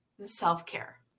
self-care